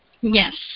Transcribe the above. Yes